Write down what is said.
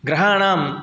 ग्रहाणां